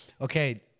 Okay